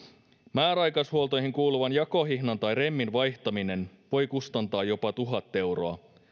määräaikaishuoltoihin kuuluva jakohihnan tai remmin vaihtaminen voi kustantaa jopa tuhat euroa